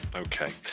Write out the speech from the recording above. Okay